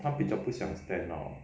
他比较不想 stand out